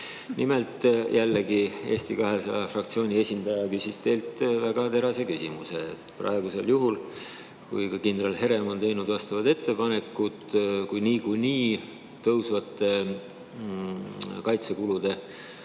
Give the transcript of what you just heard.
Nimelt, jällegi, Eesti 200 fraktsiooni esindaja küsis teilt väga terase küsimuse. Praegusel juhul on ka kindral Herem teinud vastavaid ettepanekuid, et niikuinii tõusvate kaitsekulude